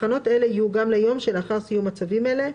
הכנות אלה יהיו גם ליום שלאחר סיום מצבים אלה,